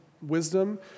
Wisdom